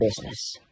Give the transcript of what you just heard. business